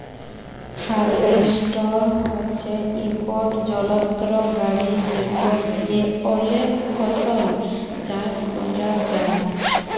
harvester হছে ইকট যলত্র গাড়ি যেট দিঁয়ে অলেক ফসল চাষ ক্যরা যায়